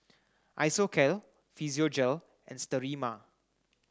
Isocal Physiogel and Sterimar